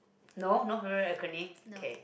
no